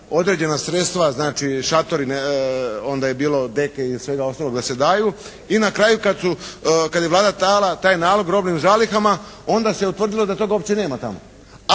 određena sredstva, znači šatori, onda je bilo deke i svega ostalog da se daju. I na kraju kad su, kad je Vlada dala taj nalog robnim zalihama onda se utvrdilo da toga uopće nema tamo.